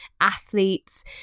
athletes